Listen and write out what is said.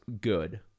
good